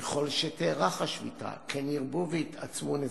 ככל שתתארך השביתה כן ירבו ויתעצמו נזקיה,